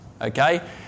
Okay